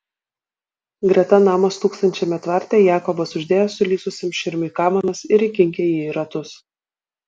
greta namo stūksančiame tvarte jakobas uždėjo sulysusiam širmiui kamanas ir įkinkė jį į ratus